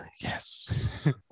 yes